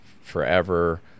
forever